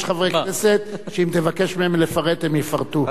יש חברי כנסת שאם תבקש מהם לפרט הם יפרטו.